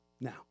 Now